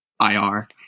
ir